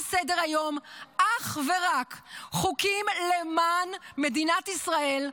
סדר-היום אך ורק חוקים למען מדינת ישראל,